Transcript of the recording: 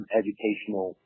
educational